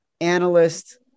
analyst